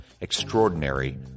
Extraordinary